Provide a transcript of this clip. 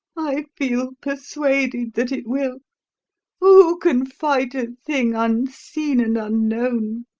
i feel persuaded that it will. for who can fight a thing unseen and unknown?